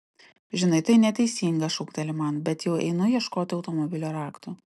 žinai tai neteisinga šūkteli man bet jau einu ieškoti automobilio raktų